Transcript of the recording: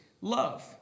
love